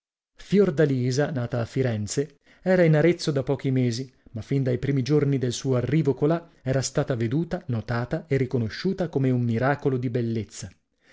fiordalisa nata a firenze era in arezzo da pochi mesi ma fin dai primi giorni del suo arrivo colà era stata veduta notata e riconosciuta come un miracolo di bellezza